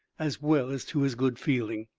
as well as to his good feeling.